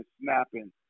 snapping